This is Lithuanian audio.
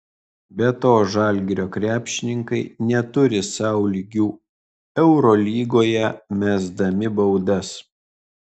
be to žalgirio krepšininkai neturi sau lygių eurolygoje mesdami baudas